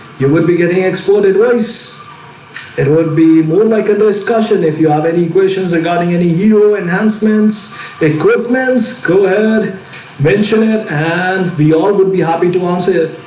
you would be getting export it was it would be like a discussion. if you have any questions regarding any hero enhancements the equipment's go ahead mention it and we all would be happy to answer it